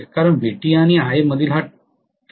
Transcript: कारण Vt आणि Ia मधील हा टप्पा आहे